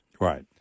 right